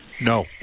No